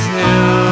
new